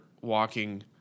walking